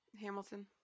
Hamilton